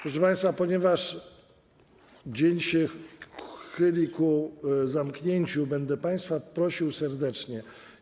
Proszę państwa, ponieważ dzień się chyli ku zamknięciu, będę państwa prosił serdecznie: